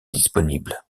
disponible